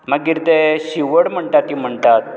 मागीर ते शिवड म्हणटा ती म्हणटात